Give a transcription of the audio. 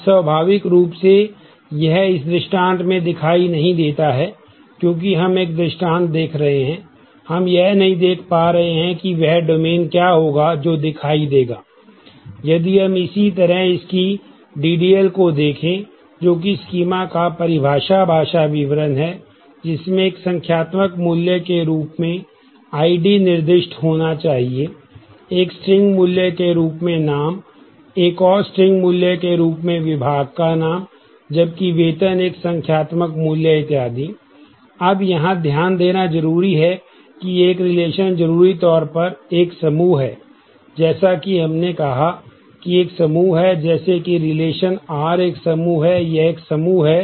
अब स्वाभाविक रूप से यह इस दृष्टान्त से दिखाई नहीं देता है क्योंकि हम एक दृष्टान्त देख रहे हैं हम यह नहीं देख पा रहे हैं कि वह डोमेन R एक समूह है यह एक समूह है जो कि एक उप समूह है इस समूह का